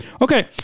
Okay